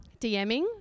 DMing